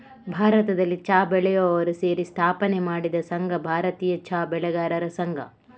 ಭಾರತದಲ್ಲಿ ಚಾ ಬೆಳೆಯುವವರು ಸೇರಿ ಸ್ಥಾಪನೆ ಮಾಡಿದ ಸಂಘ ಭಾರತೀಯ ಚಾ ಬೆಳೆಗಾರರ ಸಂಘ